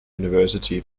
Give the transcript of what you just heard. university